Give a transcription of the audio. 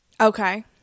Okay